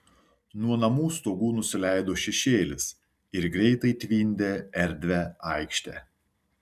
nuo namų stogų nusileido šešėlis ir greitai tvindė erdvią aikštę